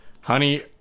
Honey